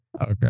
Okay